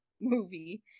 movie